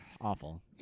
Awful